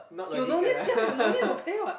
you no need sia you no need to pay what